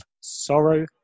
sorrow